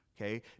Okay